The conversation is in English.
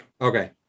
okay